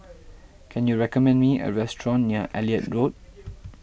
can you recommend me a restaurant near Elliot Road